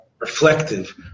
reflective